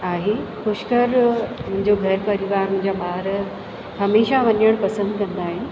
आहे पुष्कर मुंहिंजो घर परिवार मुंहिंजा ॿार हमेशह वञणु पसंदि कंदा आहिनि